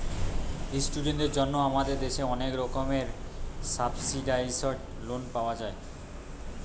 ইস্টুডেন্টদের জন্যে আমাদের দেশে অনেক রকমের সাবসিডাইসড লোন পাওয়া যায়